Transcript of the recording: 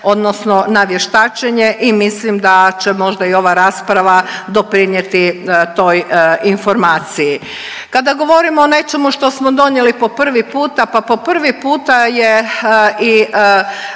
odnosno na vještačenje i mislim da će možda i ova rasprava doprinijeti toj informaciji. Kada govorimo o nečemu što smo donijeli po prvi puta pa po prvi puta je i